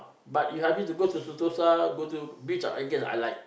but you ask me to go to Sentosa go to beach okay I like